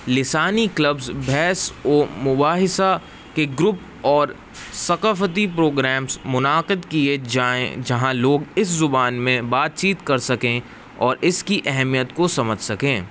لسانی کلبز بحث و مباحثہ کے گروپ اور ثقافتی پروگرامس منعقد کیے جائیں جہاں لوگ اس زبان میں بات چیت کر سکیں اور اس کی اہمیت کو سمجھ سکیں